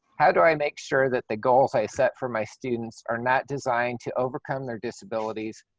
how to i make sure that the goals i set for my students are not designed to overcome their disabilities,